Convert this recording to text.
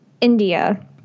India